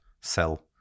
sell